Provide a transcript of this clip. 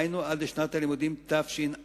דהיינו עד לשנת הלימודים התשע"ה,